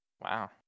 Wow